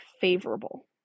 favorable